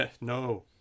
no